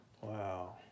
Wow